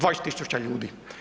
20 000 ljudi.